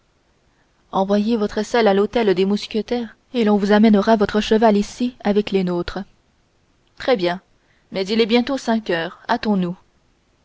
envoyez votre selle à l'hôtel des mousquetaires et l'on vous amènera votre cheval ici avec les nôtres très bien mais il est bientôt cinq heures